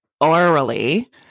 orally